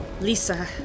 Lisa